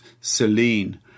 Celine